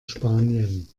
spanien